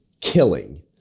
killing